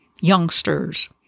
youngsters